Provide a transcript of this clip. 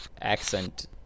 accent